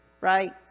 right